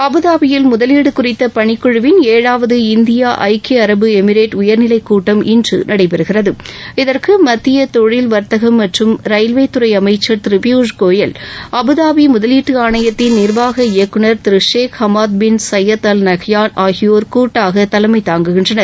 அபுதாபியில் முதலீடு குறித்த பணிக்குழுவின் ஏழாவது இந்தியா ஐக்கிய அரபு எமிரேட் உயர்நிலை கூட்டம் இன்று நடைபெறுகிறது இதற்கு மத்திய தொழில் வர்த்தகம் மற்றும் ரயில்வேதுறை அமைச்சர் திரு பியூஷ் கோயல் அபுதாபி முதலீட்டு ஆணையத்தின் நிர்வாக இயக்குநர் திரு Sheikh Hamad bin Zayed Al Nahyan ஆகியோர் கூட்டாக தலைமை தாங்குகின்றனர்